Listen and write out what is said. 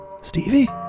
Stevie